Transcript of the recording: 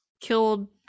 killed